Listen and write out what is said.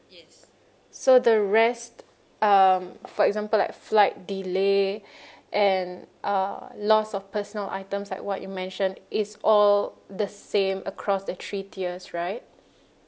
so the rest um for example like flight delay and uh loss of personal items like what you mentioned is all the same across the three tiers right